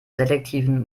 selektiven